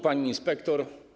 Pani Inspektor!